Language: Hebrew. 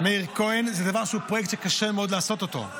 מאיר כהן, זה פרויקט שקשה מאוד לעשות אותו.